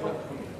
למקומות הנכונים.